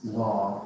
law